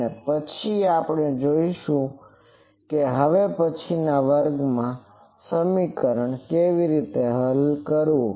અને પછી આપણે જોઈશું કે હવે પછીના વર્ગમાં આ સમીકરણ કેવી રીતે હલ કરવું